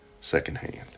secondhand